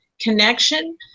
connection